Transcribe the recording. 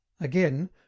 again